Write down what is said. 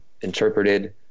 interpreted